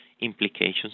implications